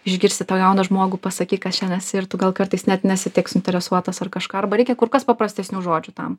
išgirsti tą jauną žmogų pasakyk kas šian esi ir tu gal kartais net nesi tiek suinteresuotas ar kažką arba reikia kur kas paprastesnių žodžių tam